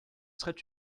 serait